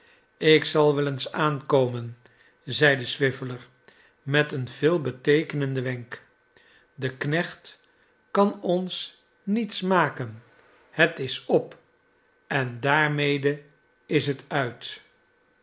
ik zal wel eens aankomen zeide swiveller met een veelbeteekenenden wenk de knecht kan ons niets maken het is op en daarmede is het uit